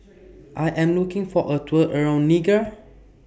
I Am looking For A Tour around Niger